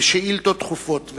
בשאילתות דחופות.